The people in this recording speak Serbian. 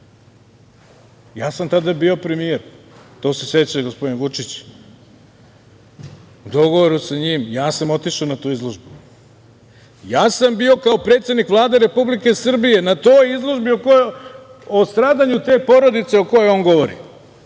Ja sam tada bio premijer, to se seća i gospodin Vučić. U dogovoru sa njim, ja sam otišao na tu izložbu. Ja sam bio kao predsednik Vlade Republike Srbije na toj izložbi o stradanju te porodice o kojoj on govori,